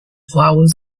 flowers